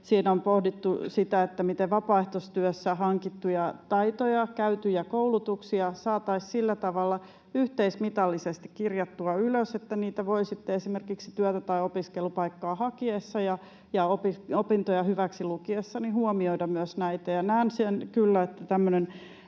Siinä on pohdittu sitä, miten vapaaehtoistyössä hankittuja taitoja, käytyjä koulutuksia saataisiin sillä tavalla yhteismitallisesti kirjattua ylös, että myös niitä voi sitten esimerkiksi työtä tai opiskelupaikkaa hakiessa ja opintoja hyväksilukiessa huomioida. Näen